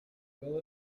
will